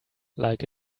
like